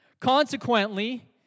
Consequently